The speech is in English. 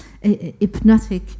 hypnotic